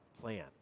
plan